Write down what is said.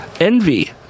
Envy